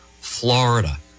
Florida